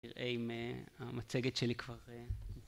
נראה אם המצגת שלי כבר